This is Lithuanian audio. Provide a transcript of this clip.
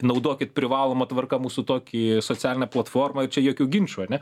naudokit privaloma tvarka mūsų tokį socialinę platformą ir čia jokių ginčų ane